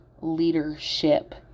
leadership